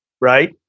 Right